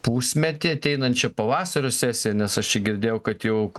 pusmetį ateinančią pavasario sesiją nes aš čia girdėjau kad jau k